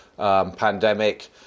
Pandemic